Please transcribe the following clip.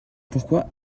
pourquoi